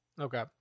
Okay